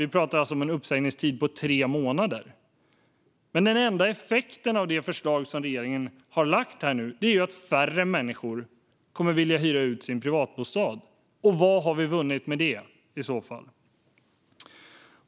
Vi talar om en uppsägningstid på tre månader. Men den enda effekten av det förslag som regeringen har lagt här är att färre människor kommer att vilja hyra ut sin privatbostad. Vad har vi vunnit med det i så fall?